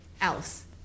else